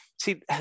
See